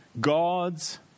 God's